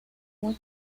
muy